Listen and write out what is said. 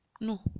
no